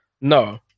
no